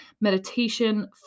meditation